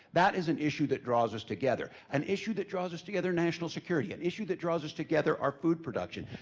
that is an issue that draws us together. an issue that draws us together, national security. an issue that draws us together, our food production.